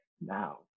now